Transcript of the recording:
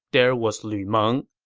there was lu meng.